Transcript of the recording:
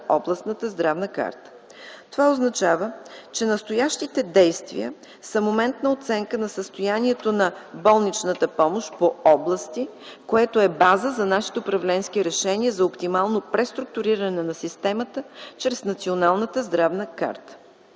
областната здравна карта. Това означава, че настоящите действия са моментна оценка на състоянието на болничната помощ по области, което е база за нашите управленски решения за оптимално преструктуриране на системата чрез Националната здравна карта.